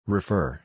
Refer